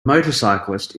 motorcyclist